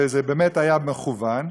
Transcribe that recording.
וזה באמת היה מכוון.